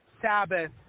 Sabbath